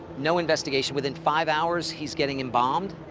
no investigation. within five hours, he's getting embalmed?